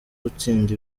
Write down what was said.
gutsinda